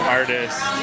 artists